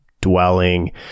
dwelling